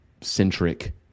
centric